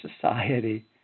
society